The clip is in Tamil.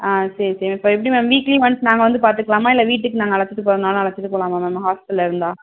ஆ சரி சரி இப்போ எப்படி மேம் வீக்லி ஒன்ஸ் நாங்கள் வந்து பார்த்துக்லாமா இல்லை வீட்டுக்கு நாங்கள் அழைச்சிட்டு போகறனாலும் அழைச்சிட்டு போகலாமா மேம் ஹாஸ்ட்டலில் இருந்தால்